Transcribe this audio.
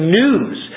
news